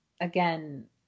again